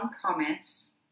promise